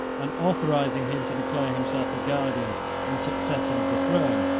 and authorizing him to declare himself the guardian and successor of the throne,